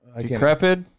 decrepit